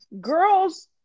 Girls